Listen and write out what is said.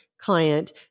client